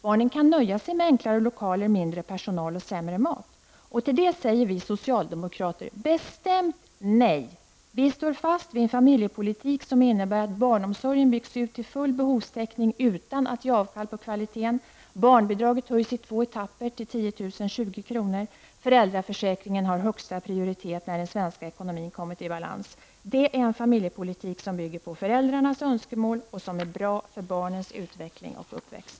Barnen kan nöja sig med enklare lokaler, mindre personal och sämre mat. Till det säger vi socialdemokrater bestämt nej. Vi står fast vid den familjepolitik som innebär att barnomsorgen byggs ut till full behovstäckning utan att göra avkall på kvaliteten. Barnbidraget höjs i två etapper till 10 020 kr. Föräldraförsäkringen har högsta prioritet när den svenska ekonomin har kommit i balans. Det är en familjepolitik som bygger på föräldrarnas önskemål och som är bra för barnens utveckling och uppväxt.